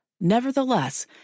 Nevertheless